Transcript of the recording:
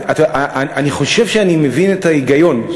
אני חושב שאני מבין את ההיגיון,